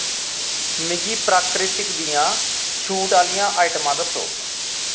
मिगी प्राकृतिक दियां छूट आह्लियां आइटमां दस्सो